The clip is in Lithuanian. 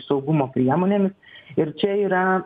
saugumo priemonėmis ir čia yra